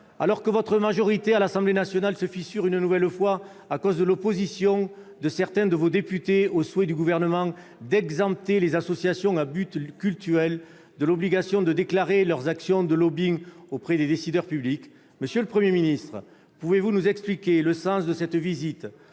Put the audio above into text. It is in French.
Alors que votre majorité à l'Assemblée nationale se fissure une nouvelle fois à cause de l'opposition de certains de vos députés au souhait du Gouvernement d'exempter les « associations à but cultuel » de l'obligation de déclarer leurs actions de auprès des décideurs publics, monsieur le Premier ministre, pouvez-vous nous expliquer le sens de cette visite,